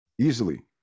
easily